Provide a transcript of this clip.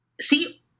See